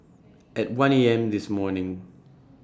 At one A M This morning